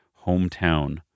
hometown